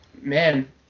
man